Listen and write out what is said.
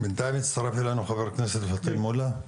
בינתיים הצטרף אלינו חבר הכנסת פטין מולא.